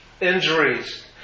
injuries